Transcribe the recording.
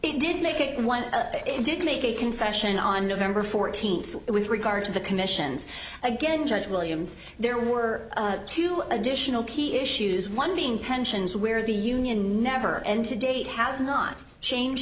it did make it in one take a concession on november fourteenth with regard to the commissions again judge williams there were two additional key issues one being pensions where the union never and to date has not changed